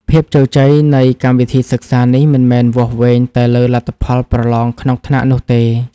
ភាពជោគជ័យនៃកម្មវិធីសិក្សានេះ មិនមែនវាស់វែងតែលើលទ្ធផលប្រឡងក្នុងថ្នាក់នោះទេ។